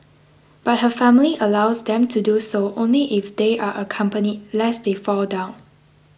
but her family allows them to do so only if they are accompanied lest they fall down